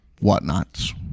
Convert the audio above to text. whatnots